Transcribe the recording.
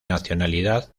nacionalidad